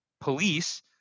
police